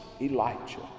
Elijah